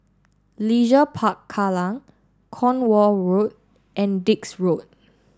Leisure Park Kallang Cornwall Road and Dix Road